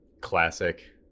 classic